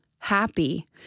happy